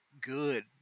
good